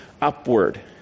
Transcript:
upward